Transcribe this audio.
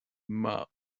mouse